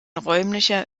räumlicher